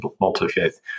multi-faith